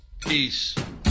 peace